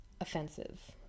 Offensive